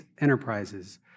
enterprises